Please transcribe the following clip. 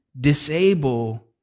disable